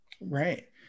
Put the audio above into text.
Right